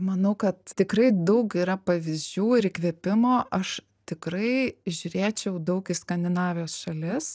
manau kad tikrai daug yra pavyzdžių ir įkvėpimo aš tikrai žiūrėčiau daug į skandinavijos šalis